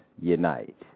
unite